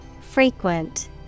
Frequent